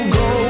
go